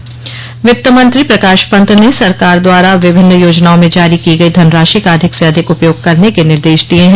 निर्देश वित्त मंत्री प्रकाश पंत ने सरकार द्वारा विभिन्न योजनाओं में जारी की गई धनराशि का अधिक से अधिक उपयोग करने के निर्देश दिए हैं